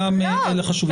חשובים.